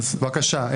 בבקשה.